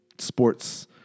Sports